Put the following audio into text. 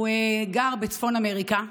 הוא גר בצפון אמריקה,